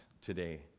today